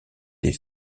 des